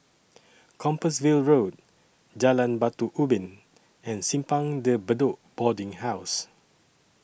Compassvale Road Jalan Batu Ubin and Simpang De Bedok Boarding House